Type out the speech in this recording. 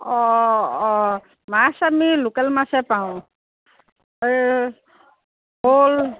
অঁ অঁ মাছ আমি লোকেল মাছে পাওঁ সেই শ'ল